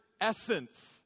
essence